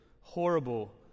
horrible